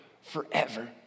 forever